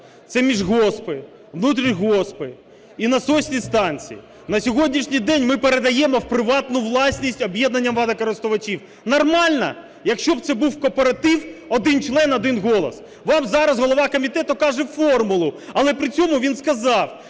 це міжгоспи, внутрігоспи і насосні станції. На сьогоднішній день ми передаємо у приватну власність об'єднанням водокористувачів. Нормально? Якщо б це був кооператив: один член – один голос. Вам зараз голова комітету каже формулу, але при цьому він сказав,